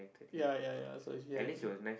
ya ya ya so if he had